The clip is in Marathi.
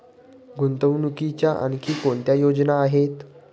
गुंतवणुकीच्या आणखी कोणत्या योजना आहेत?